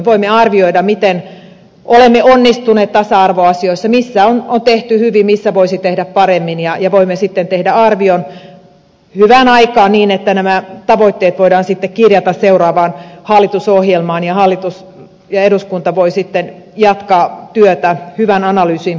voimme arvioida miten olemme onnistuneet tasa arvoasioissa missä on tehty hyvin missä voisi tehdä paremmin ja voimme sitten tehdä arvion hyvään aikaan niin että nämä tavoitteet voidaan sitten kirjata seuraavaan hallitusohjelmaan ja hallitus ja eduskunta voivat sitten jatkaa työtä hyvän analyysin pohjalta